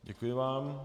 Děkuji vám.